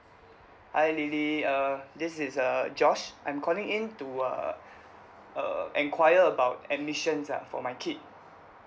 hi lily uh this is uh george I'm calling in to uh err enquire about admissions ah for my kid